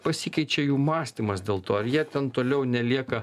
pasikeičia jų mąstymas dėl to ar jie ten toliau nelieka